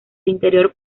interior